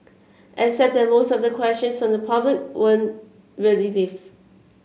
except that most of the questions from the public weren't really live